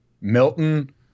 Milton